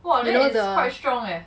you know the